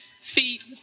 feet